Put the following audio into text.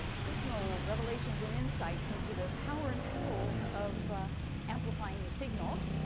um personal revelations and insights into the power and perils of amplifying the signal.